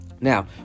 Now